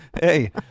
Hey